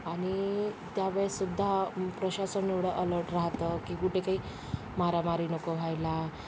आणि त्यावेळेस सुद्धा प्रशासन एवढं अलर्ट राहतं की कुठे काही मारामारी नको व्हायला